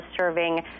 serving